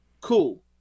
cool